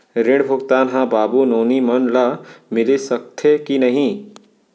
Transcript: ऋण भुगतान ह बाबू नोनी मन ला मिलिस सकथे की नहीं?